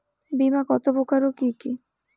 বীমা কত প্রকার ও কি কি?